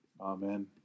Amen